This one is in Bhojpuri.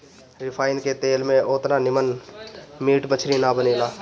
रिफाइन के तेल में ओतना निमन मीट मछरी ना बनेला